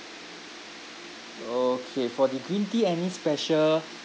okay for the green tea any special